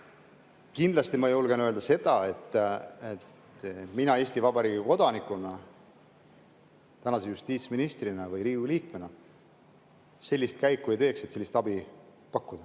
Kindlasti ma julgen öelda seda, et mina Eesti Vabariigi kodanikuna, tänase justiitsministrina või Riigikogu liikmena sellist käiku ei teeks, et sellist abi pakkuda.